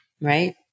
right